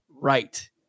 right